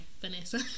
Vanessa